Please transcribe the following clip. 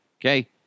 okay